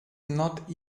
not